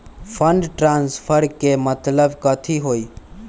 Fund transfer के मतलब कथी होई?